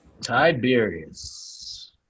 Tiberius